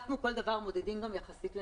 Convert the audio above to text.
אנחנו כל דבר מודדים גם יחסית לנסועה.